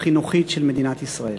החינוכית של מדינת ישראל.